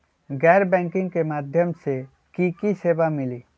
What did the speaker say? गैर बैंकिंग के माध्यम से की की सेवा मिली?